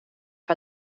för